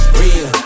real